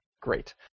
Great